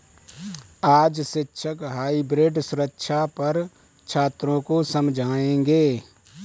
आज शिक्षक हाइब्रिड सुरक्षा पर छात्रों को समझाएँगे